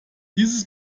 dieses